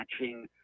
matching